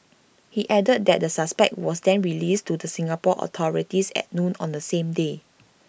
he added that the suspect was then released to the Singapore authorities at noon on the same day